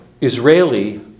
Israeli